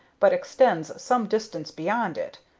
but extends some distance beyond it.